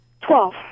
Twelve